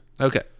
Okay